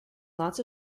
lots